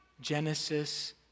Genesis